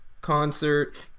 concert